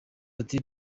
ati